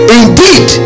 indeed